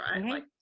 right